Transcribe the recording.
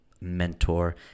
mentor